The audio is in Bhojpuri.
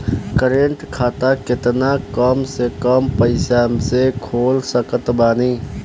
करेंट खाता केतना कम से कम पईसा से खोल सकत बानी?